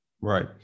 Right